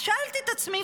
אז שאלתי את עצמי,